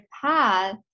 path